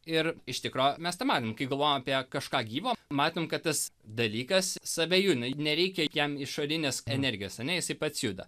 ir iš tikro mes tą matom kai galvojam apie kažką gyvo matom kad tas dalykas save judina nereikia jam išorinės energijos ane jisai pats juda